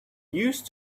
used